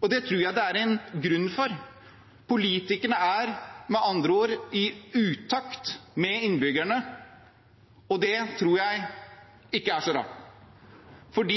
og det tror jeg det er en grunn for. Politikerne er med andre ord i utakt med innbyggerne. Det tror jeg ikke er så rart, for